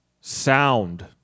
Sound